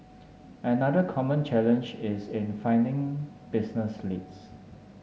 another common challenge is in finding business leads